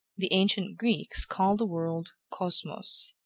the ancient greeks called the world kosmos,